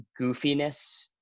goofiness